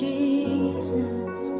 Jesus